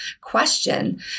question